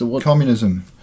communism